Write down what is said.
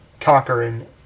conquering